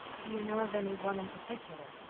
do you know of any one in particular?